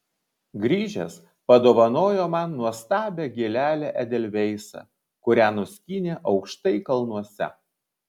grįžęs padovanojo man nuostabią gėlelę edelveisą kurią nuskynė aukštai kalnuose